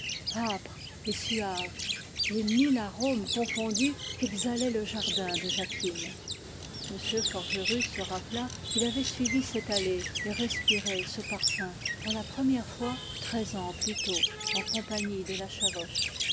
et suave les mille arômes confondus qu'exhalait le jardin de jacquine m forgerus se rappela qu'il avait suivi cette allée et respiré ce parfum pour la première fois treize ans plus tôt en compagnie de la